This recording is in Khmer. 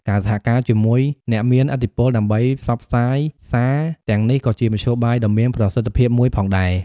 ការសហការជាមួយអ្នកមានឥទ្ធិពលដើម្បីផ្សព្វផ្សាយសារទាំងនេះក៏ជាមធ្យោបាយដ៏មានប្រសិទ្ធភាពមួយផងដែរ។